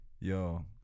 Yo